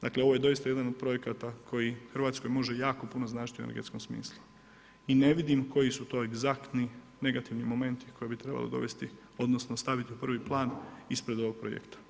Dakle, ovo je doista jedan od projekata koji Hrvatskoj može jako puno značiti u energetskom smislu i ne vidim koji su to egzaktni negativni momenti koje bi trebalo dovesti odnosno staviti u prvi plan ispred ovog projekta.